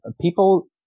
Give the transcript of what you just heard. People